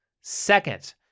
Second